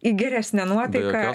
į geresnę nuotaiką